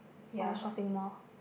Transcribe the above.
or shopping mall